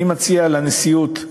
אני מציע לנשיאות,